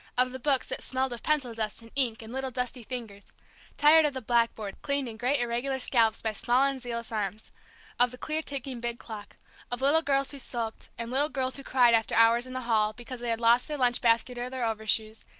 of the books that smelled of pencil-dust and ink and little dusty fingers tired of the blackboards, cleaned in great irregular scallops by small and zealous arms of the clear-ticking big clock of little girls who sulked, and little girls who cried after hours in the hall because they had lost their lunch baskets or their overshoes,